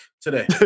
today